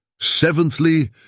Seventhly